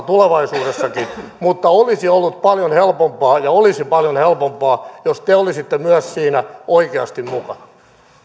tulevaisuudessakin mutta olisi ollut paljon helpompaa ja olisi paljon helpompaa jos te olisitte myös siinä oikeasti mukana